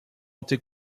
anti